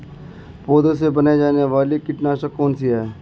पौधों से बनाई जाने वाली कीटनाशक कौन सी है?